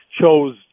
chose